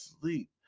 sleep